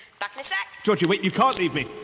back in a sec. georgie, wait you can't leave me!